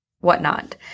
whatnot